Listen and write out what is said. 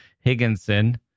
Higginson